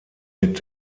mit